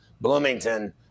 Bloomington